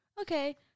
Okay